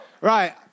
right